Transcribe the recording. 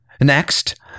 Next